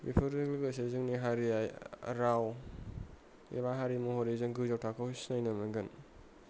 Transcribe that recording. बेफोरबायदि फैबासो जोंनि हारिया राव एबा हारिनि महरै जों गोजौ थाखोआव सिनायनो मोनगोन